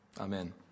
Amen